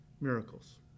miracles